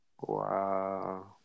Wow